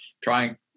trying